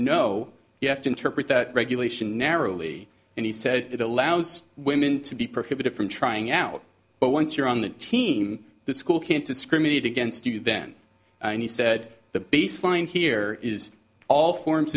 no you have to interpret that regulation narrowly and he said it allows women to be prohibited from trying out but once you're on that team the school can't discriminate against you ben and he said the baseline here is all forms